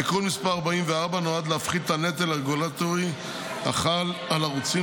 תיקון מס' 44 נועד להפחית את הנטל הרגולטורי החל על ערוצים